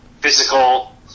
physical